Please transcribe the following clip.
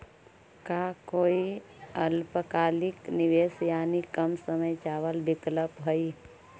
का कोई अल्पकालिक निवेश यानी कम समय चावल विकल्प हई?